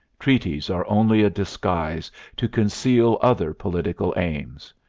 treaties are only a disguise to conceal other political aims.